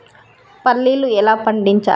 పల్లీలు ఎలా పండించాలి?